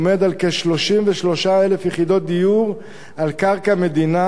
על כ-33,000 יחידות דיור על קרקע מדינה,